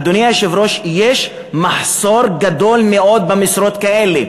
אדוני היושב-ראש, יש מחסור גדול מאוד במשרות כאלה.